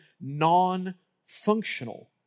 non-functional